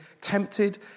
tempted